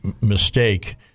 mistake